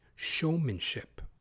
showmanship